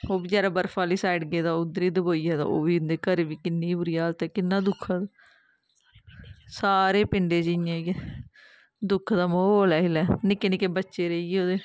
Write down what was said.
ओह् बचैरा बर्फ आह्ली साईड गेदा हा उद्धर गै दवोई दा हा ओह्द बी उं'दे घर बी किन्ना बुरी हालत ऐ किन्ना दुख ऐ सारे पिंडें च इ'यां गै दुख दा म्हौल ऐ इसलै निक्के निक्के बच्चे रेही गे ओह्दे